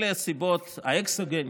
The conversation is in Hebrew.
אלה הסיבות האקסוגניות.